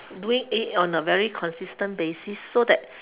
doing it on a very consistent basis so that